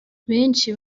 benshi